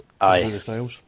aye